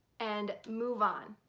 and move on.